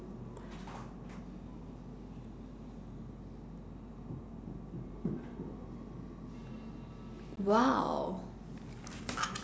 !wow!